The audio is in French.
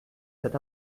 cet